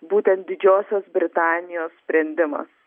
būtent didžiosios britanijos sprendimas